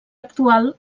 actual